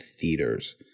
theaters